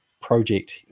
project